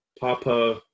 Papa